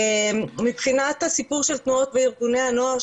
מבחינת הסיפור של תנועות וארגוני הנוער,